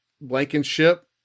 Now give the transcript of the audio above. Blankenship